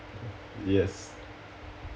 yes